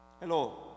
Hello